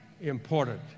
important